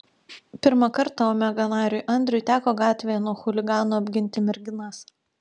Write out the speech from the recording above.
pirmą kartą omega nariui andriui teko gatvėje nuo chuliganų apginti merginas